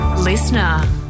Listener